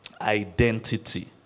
Identity